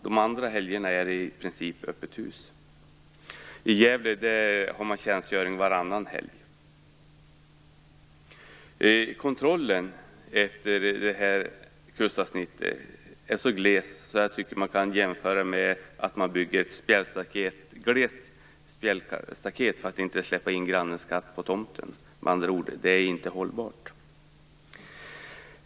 De andra helgerna är det i princip öppet hus. I Gävle har man tjänstgöring varannan helg. Kontrollen utefter detta kustavsnitt är så gles att jag tycker att den kan jämföras med att man bygger ett glest spjälstaket för att inte släppa in grannens katt på tomten. Det är med andra ord inte hållbart.